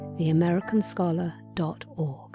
theamericanscholar.org